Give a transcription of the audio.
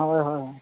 ᱦᱳᱭ ᱦᱳᱭ ᱦᱳᱭ